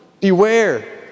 Beware